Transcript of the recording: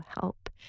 help